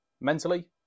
mentally